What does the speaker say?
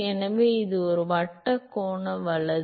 எனவே இது ஒரு வட்ட கோண வலது